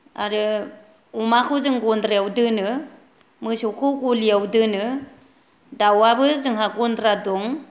आरो अमाखौ जों गन्द्रायाव दोनो मोसौखौ गलियाव दोनो दावाबो जोंहा गनद्रा दं